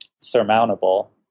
surmountable